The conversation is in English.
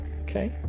okay